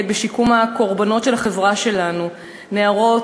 בשיקום הקורבנות של החברה שלנו: נערות,